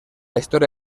historia